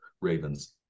Ravens